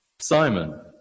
Simon